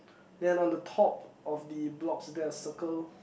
then on the top of the blocks there are circle